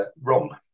wrong